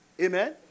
Amen